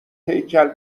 هیکل